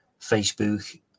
Facebook